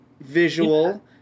visual